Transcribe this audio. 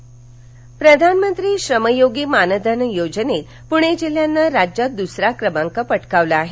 श्रमयोगी मानधन प्रधानमंत्री श्रमयोगी मानधन योजनेत पृणे जिल्ह्यानं राज्यात द्सरा क्रमांक पटकावला आहे